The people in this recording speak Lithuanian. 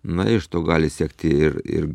na iš to gali siekti ir ir